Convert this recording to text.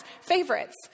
favorites